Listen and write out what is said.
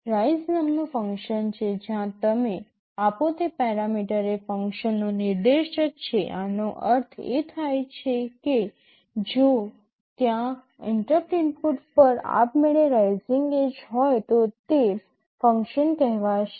rise નામનું function છે જ્યાં તમે આપો તે પેરામીટર એ ફંક્શનનો નિર્દેશક છે આનો અર્થ એ થાય છે કે જો ત્યાં ઇન્ટરપ્ટ ઇનપુટ પર આપમેળે રાઈઝિંગ એડ્જ હોય તો તે ફંક્શન કહેવાશે